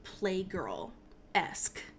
Playgirl-esque